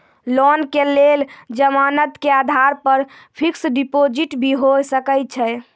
Loan के लेल जमानत के आधार पर फिक्स्ड डिपोजिट भी होय सके छै?